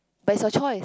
but it's your choice